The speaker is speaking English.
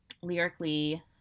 lyrically